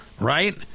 Right